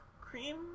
cream